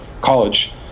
college